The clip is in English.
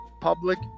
public